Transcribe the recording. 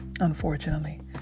Unfortunately